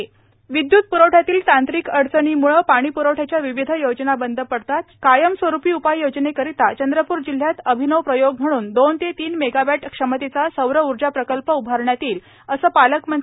विजय वडेट्टीवार विद्युत प्रवठ़यातील तांत्रिक अडचणीमुळे पाणीप्रवठ़याच्या विविध योजना बंद पडतात त्यावर कायमस्वरूपी उपाययोजनेकरिता चंद्रपूर जिल्ह्यात अभिनव प्रयोग म्हणून दोन ते तीन मेगावॅट क्षमतेचा सौर ऊर्जा प्रकल्प उभारण्यात येईल असे पालकमंत्री